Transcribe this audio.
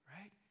Right